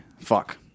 Fuck